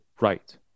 right